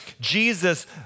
Jesus